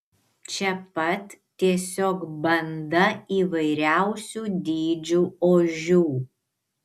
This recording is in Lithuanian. čia pat tiesiog banda įvairiausių dydžių ožių